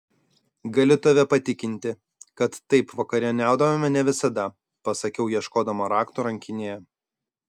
galiu tave patikinti kad taip vakarieniaudavome ne visada pasakiau ieškodama raktų rankinėje